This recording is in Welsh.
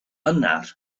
yna